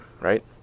right